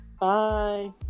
bye